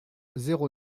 zéro